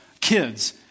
kids